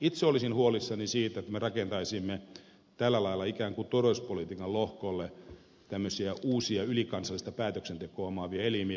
itse olisin huolissani siitä että me rakentaisimme tällä lailla ikään kuin turvallisuuspolitiikan lohkolle tämmöisiä uusia ylikansallista päätöksentekoa omaavia elimiä